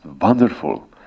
wonderful